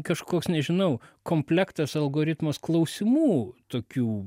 kažkoks nežinau komplektas algoritmas klausimų tokių